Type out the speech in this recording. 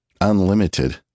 unlimited